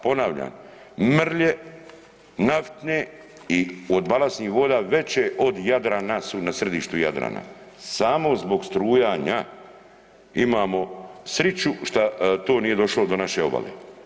Ponavljam, mrlje naftne i od balastnih voda veće od Jadrana su na središtu Jadrana, samo zbog strujanja imamo sriću što to nije došlo do naše obale.